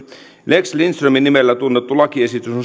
lex lindströmin nimellä tunnettu lakiesitys on siitä hyvä että